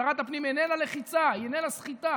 שרת הפנים איננה לחיצה, איננה סחיטה.